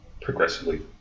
progressively